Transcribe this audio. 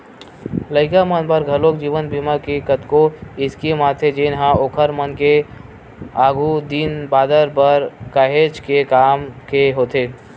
लइका मन बर घलोक जीवन बीमा के कतको स्कीम आथे जेनहा ओखर मन के आघु दिन बादर बर काहेच के काम के होथे